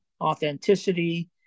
authenticity